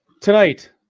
tonight